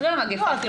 אחרי המגפה אפילו,